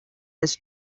his